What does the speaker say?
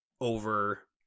over